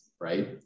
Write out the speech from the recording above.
right